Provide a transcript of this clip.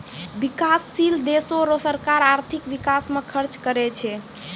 बिकाससील देसो रो सरकार आर्थिक बिकास म खर्च करै छै